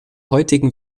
heutigen